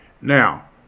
Now